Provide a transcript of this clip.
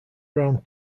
round